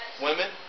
women